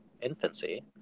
infancy